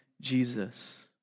Jesus